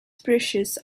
precious